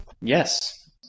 Yes